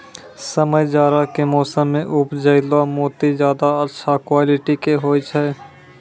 समय जाड़ा के मौसम मॅ उपजैलो मोती ज्यादा अच्छा क्वालिटी के होय छै